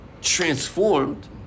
transformed